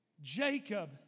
Jacob